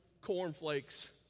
cornflakes